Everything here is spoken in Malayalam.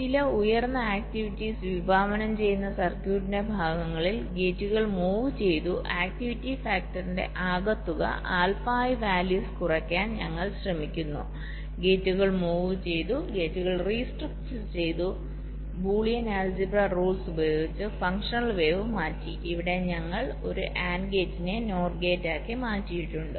അതിനാൽ ചില ഉയർന്ന ആക്ടിവിറ്റീസ് വിഭാവനം ചെയ്യുന്ന സർക്യൂട്ടിന്റെ ഭാഗങ്ങളിൽ ഗേറ്റുകൾ മൂവ് ചെയ്തു ആക്ടിവിറ്റി ഫാക്ടറിന്റെ ആകെത്തുക ആൽഫ ഐ വാല്യൂസ് കുറയ്ക്കാൻ ഞങ്ങൾ ശ്രമിക്കുന്നു ഗേറ്റുകൾ മൂവ് ചെയ്തു ഗേറ്റുകൾ റീസ്ട്രക്ട് ചെയ്തു ബൂളിയൻ അൽജിബ്ര റൂൾസ് ഉപയോഗിച്ച് ഫങ്ക്ഷണൽ വേവ് മാറ്റി ഇവിടെ ഞങ്ങൾ ഒരു AND ഗേറ്റിനെ NOR ഗേറ്റാക്കി മാറ്റിയിട്ടുണ്ട്